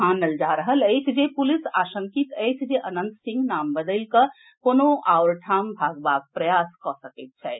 मानल जा रहल अछि जे पुलिस आशंकित अछि जे अनंत सिंह नाम बदलि कऽ कोनो आओर ठाम भागबाक प्रयास कऽ सकैत छथि